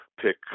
pick